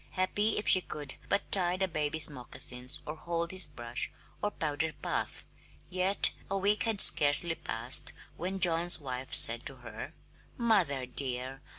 happy if she could but tie the baby's moccasins or hold his brush or powder-puff yet a week had scarcely passed when john's wife said to her mother, dear,